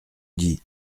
dis